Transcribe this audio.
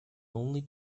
only